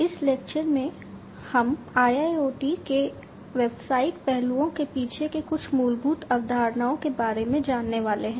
इस लेक्चर में हम IIoT के व्यावसायिक पहलुओं के पीछे के कुछ मूलभूत अवधारणाओं के बारे में जानने वाले हैं